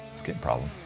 skin problem?